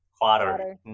Quarter